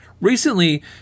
Recently